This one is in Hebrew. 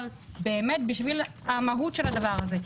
אבל באמת בשביל המהות של הדבר הזה.